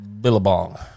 Billabong